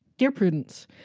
dear prudence,